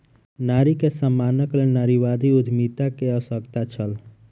नारी के सम्मानक लेल नारीवादी उद्यमिता के आवश्यकता छल